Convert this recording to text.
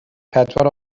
pedwar